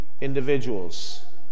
individuals